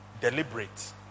Deliberate